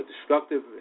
destructive